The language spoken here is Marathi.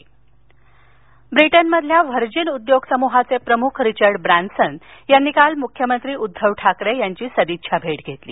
हायपरलप ब्रिटनमधील व्हर्जिन उद्योगसमूहाचे प्रमुख रिचर्ड ब्रॅन्सन यांनी काल मुख्यमंत्री उद्दव ठाकरे यांची सदिच्छा भेट घेतली